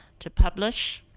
to publish,